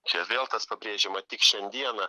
čia vėl tas pabrėžiama tik šiandieną